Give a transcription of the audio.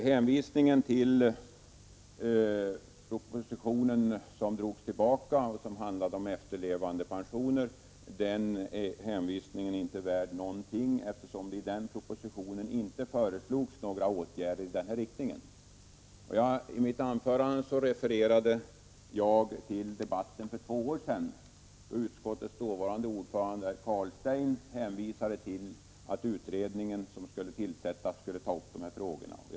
Hänvisningen till propositionen som drogs tillbaka, som handlade om efterlevandepensioner, är inte värd någonting, eftersom det i denna proposition inte föreslogs några åtgärder i den av oss önskade riktningen. I mitt anförande refererade jag till debatten för två år sedan. Utskottets dåvarande ordförande, herr Carlstein, hänvisade vid det tillfället till att den utredning som skulle tillsättas skulle behandla frågan om barnpensionens beskattning.